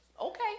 Okay